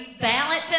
balance